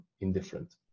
indifferent